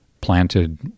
planted